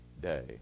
day